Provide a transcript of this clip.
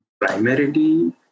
Primarily